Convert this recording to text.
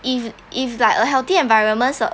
if if like a healthy environment